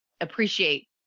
appreciate